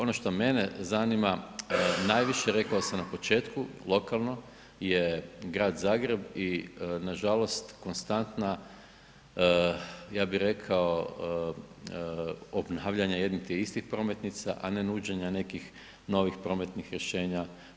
Ono što mene zanima najviše rekao sam na početku lokalno je grad Zagreb i nažalost konstantna ja bih rekao obnavljanje jednih te istih prometnica, a ne nuđenje nekih novih prometnih rješenja.